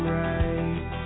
right